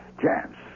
chance